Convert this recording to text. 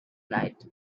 night